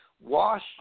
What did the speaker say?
Wash